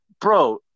bro